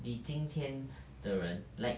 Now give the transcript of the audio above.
你今天的人 like